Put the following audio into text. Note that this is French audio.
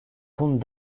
comtes